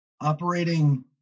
operating